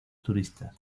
turistas